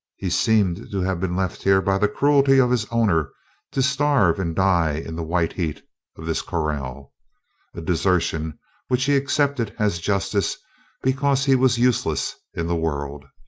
he seemed to have been left here by the cruelty of his owner to starve and die in the white heat of this corral a desertion which he accepted as justice because he was useless in the world.